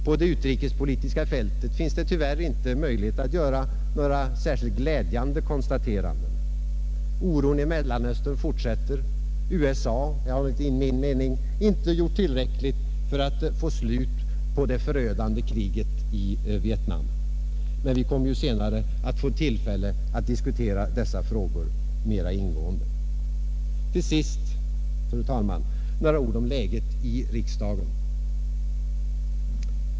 På det utrikespolitiska fältet finns det tyvärr inte möjlighet att göra några särskilt glädjande konstateranden. Oron i Mellanöstern fortsätter. USA har enligt min mening inte gjort tillräckligt för att få slut på det förödande kriget i Vietnam. Vi kommer emellertid senare att få tillfälle att diskutera dessa frågor mera ingående. Till sist, fru talman, några ord om läget i riksdagen.